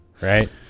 Right